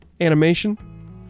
animation